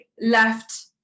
left